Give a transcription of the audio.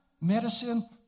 medicine